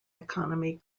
economy